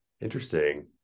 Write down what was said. Interesting